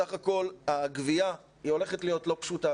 סך הכול הגבייה הולכת להיות לא פשוטה,